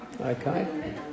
Okay